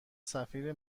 سفیر